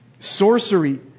Sorcery